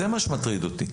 זה מה שמטריד אותי.